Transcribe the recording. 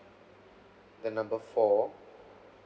the number four